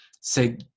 say